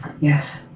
Yes